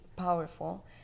powerful